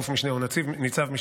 אלוף משנה או ניצב משנה,